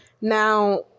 now